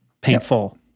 painful